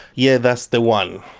yeah, that's the one.